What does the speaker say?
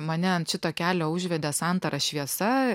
mane ant šito kelio užvedė santara šviesa